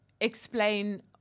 explain